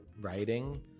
writing